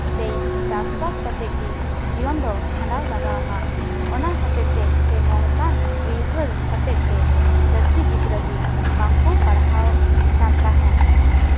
ᱥᱮ ᱪᱟᱥᱼᱵᱟᱥ ᱠᱟᱛᱮ ᱜᱮ ᱡᱤᱭᱚᱱ ᱫᱚ ᱠᱷᱟᱱᱰᱟᱣ ᱞᱟᱜᱟᱣ ᱟᱢᱟ ᱚᱱᱟ ᱦᱚᱛᱮᱜ ᱛᱮ ᱥᱮ ᱱᱚᱝᱠᱟᱱ ᱩᱭᱦᱟᱹᱨ ᱦᱚᱛᱮ ᱛᱮ ᱡᱟᱹᱥᱛᱤ ᱜᱤᱫᱽᱨᱟᱹ ᱜᱮ ᱵᱟᱝᱠᱚ ᱯᱟᱲᱦᱟᱣᱚᱜ ᱠᱟᱱ ᱛᱟᱦᱮᱸᱜ